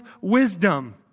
wisdom